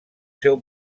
seu